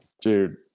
Dude